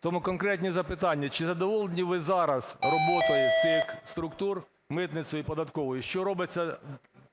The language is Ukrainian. Тому конкретні запитання. Чи задоволені ви зараз роботою цих структур – митницею і податковою? Що робиться